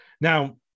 Now